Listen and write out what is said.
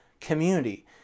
community